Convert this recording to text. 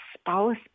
spouse